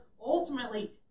ultimately